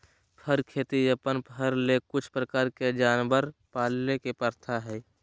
फर खेती अपन फर ले कुछ प्रकार के जानवर पाले के प्रथा हइ